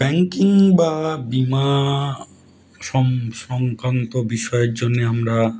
banking বা বিমা সংক্রান্ত বিষয়ের জন্য আমরা